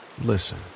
listen